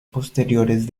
posteriores